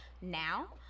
now